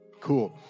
cool